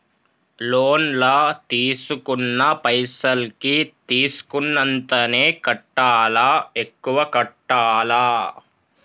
Loan లా తీస్కున్న పైసల్ కి తీస్కున్నంతనే కట్టాలా? ఎక్కువ కట్టాలా?